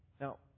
Now